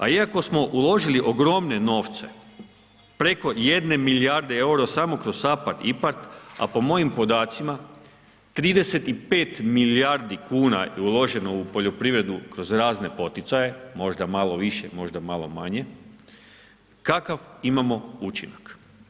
A iako smo uložili ogromne novce preko 1 milijarde eura samo kroz SAPARD IPARD a po mojim podacima, 35 milijardi kuna je uloženo u poljoprivredu kroz razne poticaje, možda malo više, možda malo manje, kakav imamo učinak?